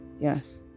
Yes